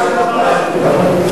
מוץ מטלון רוצה לברך.